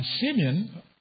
Simeon